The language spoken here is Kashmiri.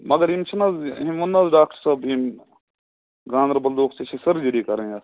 مگر یِم چھِنہٕ حظ أمۍ ووٚن نہَ حظ ڈاکٹر صٲب یٔمۍ گانٛدَربَل دوٚپُکھ ژےٚ چھِ سٔرجٔری کَرٕنۍ اَتھ